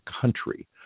country